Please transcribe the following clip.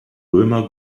römer